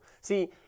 See